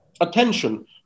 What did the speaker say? attention